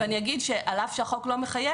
אגיד גם שעל אף שהחוק לא מחייב,